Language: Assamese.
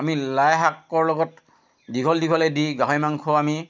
আমি লাইশাকৰ লগত দীঘলে দীঘলে দি গাহৰি মাংস আমি